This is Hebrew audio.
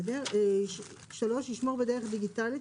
3. ישמור בדרך דיגיטלית